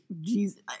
Jesus